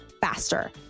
faster